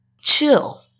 Chill